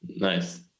Nice